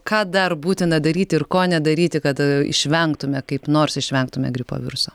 ką dar būtina daryti ir ko nedaryti kad išvengtume kaip nors išvengtume gripo viruso